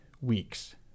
weeks